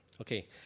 Okay